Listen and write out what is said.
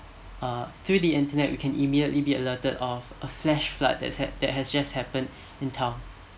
uh through the internet we can immediately be alerted of a flash flood that has that has just happened in town